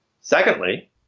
Secondly